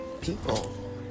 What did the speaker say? people